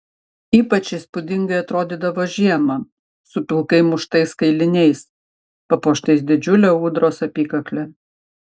ypač įspūdingai atrodydavo žiemą su pilkai muštais kailiniais papuoštais didžiule ūdros apykakle